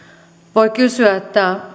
voi kysyä